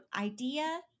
idea